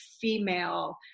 female